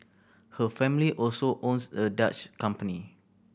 her family also owns the Dutch company